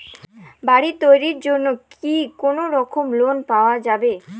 বাড়ি তৈরির জন্যে কি কোনোরকম লোন পাওয়া যাবে?